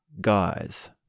guys